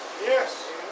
Yes